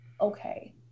Okay